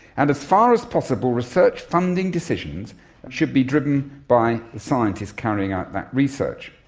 and as far as possible, research funding decisions should be driven by the scientists carrying out that research.